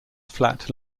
flat